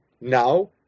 Now